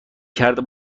کرده